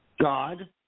God